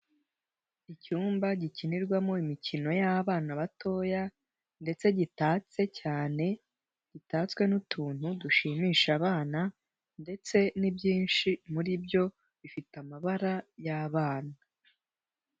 Icyumba gikinirwamo imikino y'abana batoya ndetse gitatse cyane gitatswe n'utuntu dushimisha abana ndetse n'ibyinshi muri byo bifite amabara y'abana.